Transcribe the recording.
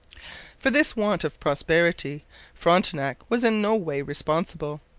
for this want of prosperity frontenac was in no way responsible,